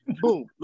Boom